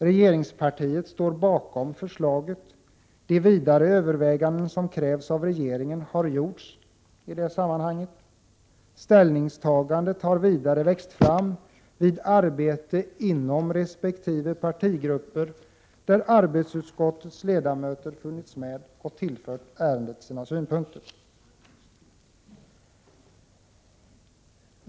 Regeringspartiet står bakom förslaget; de vidare överväganden som krävs av regeringen har gjorts i det sammanhanget. Ställningstagandet har vidare växt fram vid arbetet inom resp. partigrupper, där arbetsmarknadsutskottets ledamöter funnits med och tillfört ärendet sina synpunkter.